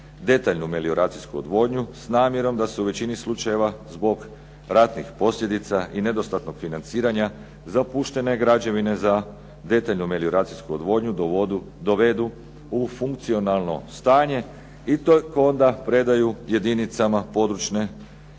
detaljnu melioracijsku odvodnju s namjerom da se u većini slučajeva zbog ratnih posljedica i nedostatnog financiranja zapuštene građevine za detaljnu melioracijsku odvodnju dovedu u funkcionalno stanje i to onda predaju jedinicama područne